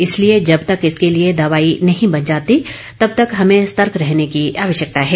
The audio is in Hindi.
इसलिए जब तक इसके लिए दवाई नहीं बन जाती तब तक हमें सतर्क रहने की आवश्यकता है